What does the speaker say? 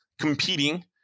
competing